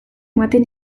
ematen